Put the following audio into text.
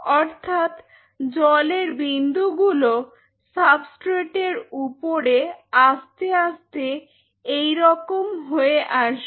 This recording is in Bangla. অর্থাৎ জলের বিন্দু গুলো সাবস্ট্রেট এর উপরে আস্তে আস্তে এই রকম হয়ে আসবে